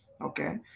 Okay